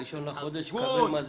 ב-1 לחודש נקבל מזה